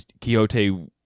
Quixote